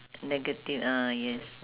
negative ah yes